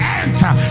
enter